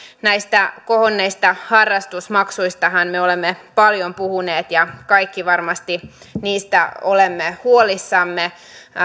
näistä kohonneista harrastusmaksuistahan me olemme paljon puhuneet ja kaikki varmasti niistä olemme huolissamme